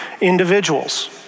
individuals